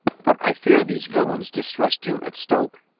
but i fear these villains distressed you at stoke?